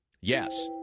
Yes